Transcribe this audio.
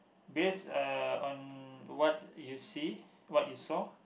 based uh on what you see what you saw